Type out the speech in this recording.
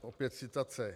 Opět citace.